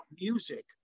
music